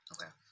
Okay